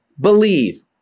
believe